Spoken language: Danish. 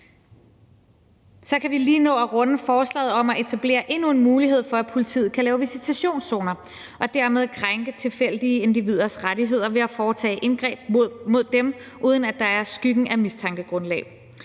Så kan vi lige nå at runde forslaget om at etablere endnu en mulighed for, at politiet kan lave visitationszoner og dermed krænke tilfældige individers rettigheder ved at foretage indgreb mod dem, uden at der er skyggen af mistankegrundlag.